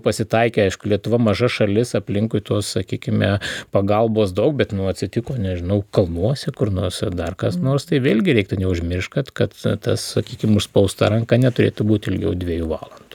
pasitaikė aišku lietuva maža šalis aplinkui tos sakykime pagalbos daug bet nu atsitiko nežinau kalnuose kur nors ir dar kas nors tai vėlgi reiktų neužmiršt kad kad ta sakykim užspausta ranka neturėtų būti ilgiau dviejų valandų